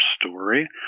story